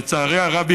לצערי הרב,